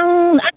आं